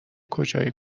کجای